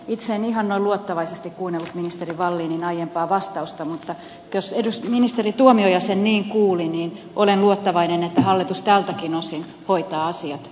itse en ihan noin luottavaisesti kuunnellut ministeri wallinin aiempaa vastausta mutta jos ministeri tuomioja sen niin kuuli niin olen luottavainen että hallitus tältäkin osin hoitaa asiat hyvin